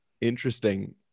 interesting